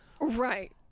Right